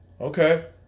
Okay